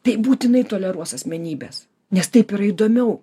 tai būtinai toleruos asmenybes nes taip yra įdomiau